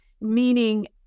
meaning